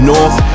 North